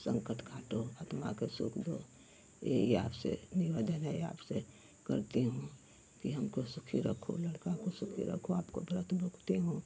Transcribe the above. संकट काटो आत्मा के सुख दो यही आपसे निवेदन है आपसे करती हूँ कि हमको सुखी रखो लड़का को सुखी रखो आपको व्रत भोगती हूँ